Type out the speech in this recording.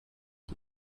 die